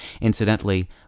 Incidentally